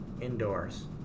indoors